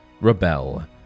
rebel